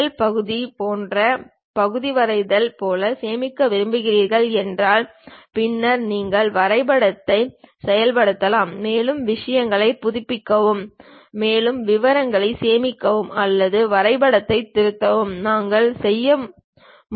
L பகுதி போன்ற பகுதி வரைதல் போல சேமிக்கப் போகிறீர்கள் என்றால் பின்னர் நீங்கள் வரைபடத்தை செயல்படுத்தலாம் மேலும் விஷயங்களைப் புதுப்பிக்கவும் மேலும் விவரங்களைச் சேர்க்கவும் அல்லது வரைபடத்தைத் திருத்தவும் நாங்கள் செய்ய முடியும்